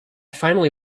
finally